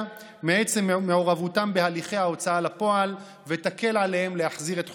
מעצם מעורבותם בהליכי ההוצאה לפועל ותקל עליהם להחזיר את חובם.